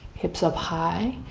hips up high,